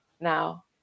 now